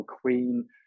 queen